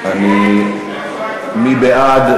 מי בעד?